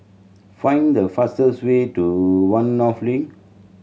find the fastest way to One North Link